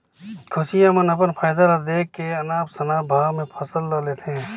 कोचिया मन अपन फायदा ल देख के अनाप शनाप भाव में फसल ल लेथे